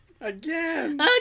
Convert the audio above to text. Again